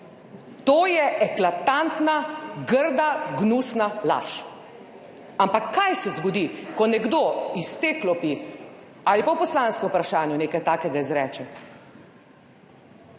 To je eklatantna, grda, gnusna laž! Ampak kaj se zgodi, ko nekdo iz te klopi ali pa v poslanskem vprašanju nekaj takega izreče?